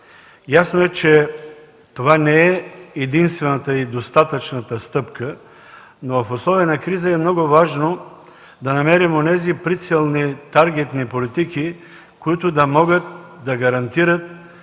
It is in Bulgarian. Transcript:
Ясно е, че това не е единствената и достатъчната стъпка, но в условия на криза е много важно да намерим онези прицелни таргетни политики, които да могат да гарантират